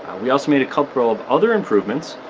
we also made a couple of other improvements